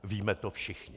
Víme to všichni.